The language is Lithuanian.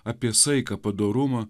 apie saiką padorumą